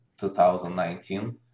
2019